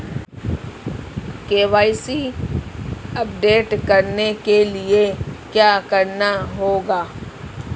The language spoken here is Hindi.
के.वाई.सी अपडेट करने के लिए क्या करना होगा?